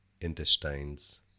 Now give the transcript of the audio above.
intestines